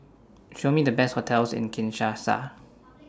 Show Me The Best hotels in Kinshasa